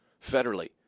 federally